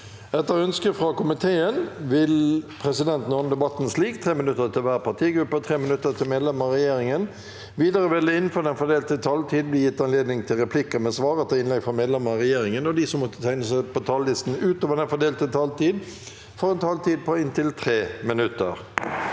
energi- og miljøkomiteen vil presidenten ordne debatten slik: 3 minutter til hver partigruppe og 3 minutter til medlemmer av regjeringen. Videre vil det – innenfor den fordelte taletid – bli gitt anledning til replikker med svar etter innlegg fra medlemmer av regjeringen, og de som måtte tegne seg på talerlisten utover den fordelte taletid, får også en taletid på inntil 3 minutter.